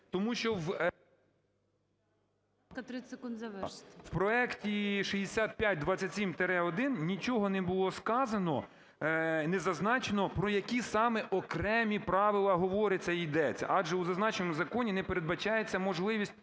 Г.Г. … у проекті 6527-1 нічого не було сказано, не зазначено, про які саме окремі правила говориться і йдеться, адже у зазначеному законі не передбачається можливість